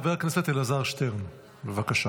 חבר הכנסת אלעזר שטרן, בבקשה,